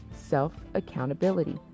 self-accountability